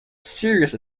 serious